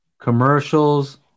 commercials